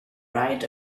right